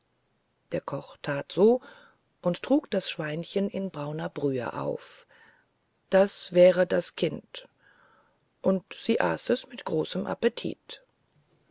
der koch that so und trug das schweinchen in brauner brühe auf da wäre das kind und sie aß es auf mit großem appetit